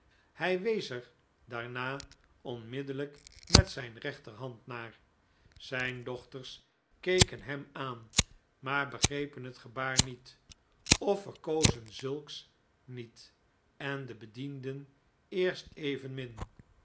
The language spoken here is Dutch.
hij wees er daarna onmiddellijk met zijn rechterhand naar zijn dochters keken hem aan maar begrepen het gebaar niet of verkozen zulks niet en de bedienden eerst evenmin